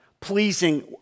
pleasing